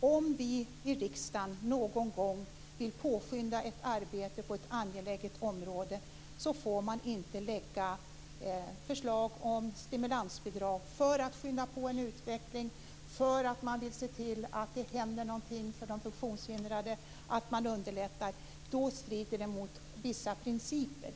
om vi i riksdagen någon gång vill påskynda ett arbete på ett angeläget område får vi inte lägga fram förslag om stimulansbidrag för att skynda på en utveckling, för att vi vill se till att det händer något för de funktionshindrade, för att vi vill underlätta. Då strider det nämligen mot vissa principer.